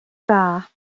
dda